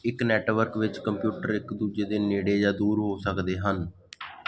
ਇੱਕ ਨੈਟਵਰਕ ਵਿੱਚ ਕੰਪਿਊਟਰ ਇੱਕ ਦੂਜੇ ਦੇ ਨੇੜੇ ਜਾਂ ਦੂਰ ਹੋ ਸਕਦੇ ਹਨ